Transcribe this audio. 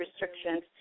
restrictions